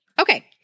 Okay